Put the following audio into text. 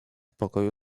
pokoju